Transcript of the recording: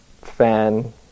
fan